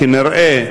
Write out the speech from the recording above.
כנראה,